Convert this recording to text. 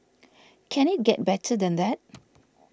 can it get better than that